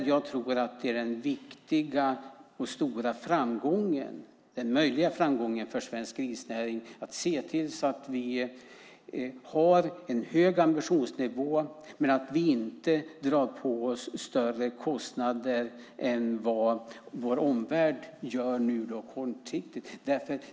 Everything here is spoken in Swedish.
Det tror jag är den viktiga, stora, möjliga framgången för svensk grisnäring - att se till att vi har en hög ambitionsnivå men inte dra på oss större kostnader än vad vår omvärld gör kortsiktigt.